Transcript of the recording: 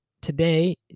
today